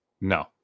No